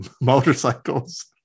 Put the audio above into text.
motorcycles